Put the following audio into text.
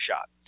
shot